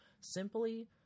simply